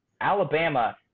Alabama